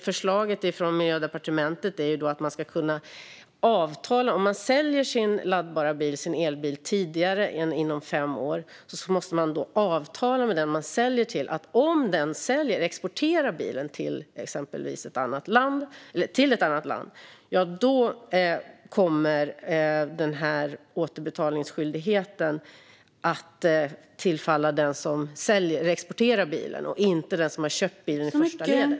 Förslaget från Miljödepartementet är att om man säljer sin elbil tidigare än inom fem år måste man avtala med den man säljer till att om denna person exporterar bilen till ett annat land kommer återbetalningsskyldigheten att ligga på den som exporterar bilen, inte den som har köpt bilen i första ledet.